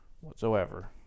whatsoever